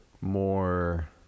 more